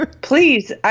Please